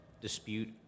dispute